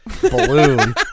balloon